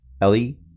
Ellie